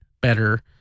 better